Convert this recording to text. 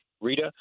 Rita